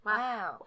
wow